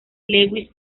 lewis